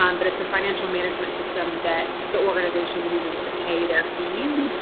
um but it's the financial management system that the organization uses to pay their fees.